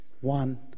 one